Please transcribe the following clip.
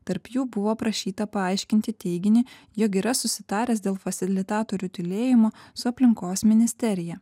tarp jų buvo prašyta paaiškinti teiginį jog yra susitaręs dėl fasilitatorių tylėjimo su aplinkos ministerija